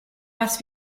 was